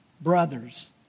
brothers